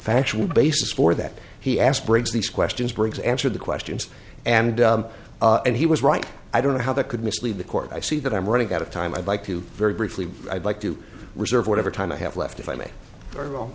factual basis for that he aspirates these questions briggs answer the questions and and he was right i don't know how that could mislead the court i see that i'm running out of time i'd like to very briefly i'd like to reserve whatever time i have left if i may very well